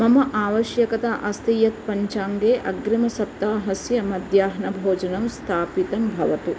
मम आवश्यकता अस्ति यत् पञ्चाङ्गे अग्रिमसप्ताहस्य मध्याह्नभोजनं स्थापितं भवतु